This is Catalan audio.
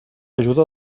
ajuda